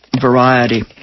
Variety